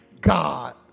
God